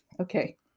Okay